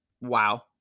wow